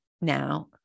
now